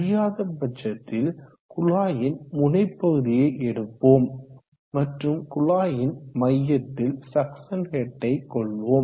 முடியாதபட்சத்தில் குழாயின் முனைப்பகுதியை எடுப்போம் மற்றும் குழாயின் மையத்தில் சக்சன் ஹெட் யை கொள்வோம்